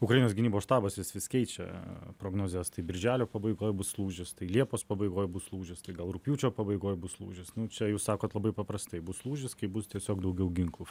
ukrainos gynybos štabas jis vis keičia prognozes tai birželio pabaigoj bus lūžis tai liepos pabaigoj bus lūžis tai gal rugpjūčio pabaigoj bus lūžis nu čia jūs sakot labai paprastai bus lūžis kai bus tiesiog daugiau ginklų